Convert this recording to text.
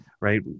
right